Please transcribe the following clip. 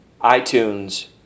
iTunes